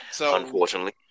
Unfortunately